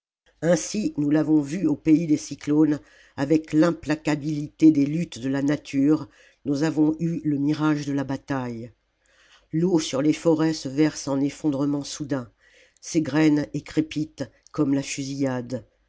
ainsi nous l'avons vu au pays des cyclones avec l'implacabilité des luttes de la nature nous avons eu le mirage de la bataille l'eau sur les forêts se verse en effondrements soudains s'égrène et crépite comme la fusillade